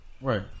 Right